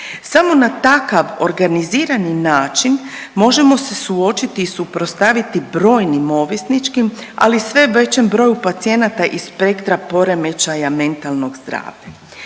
Samo na takav organizirani način možemo se suočiti i suprotstaviti brojnim ovisničkim, ali i sve većem broju pacijenata iz spektra poremećaja mentalnog zdravlja.